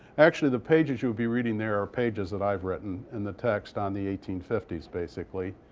actually, the pages you'll be reading there are pages that i've written in the text on the eighteen fifty s basically.